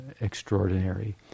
extraordinary